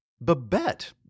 Babette